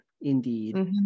indeed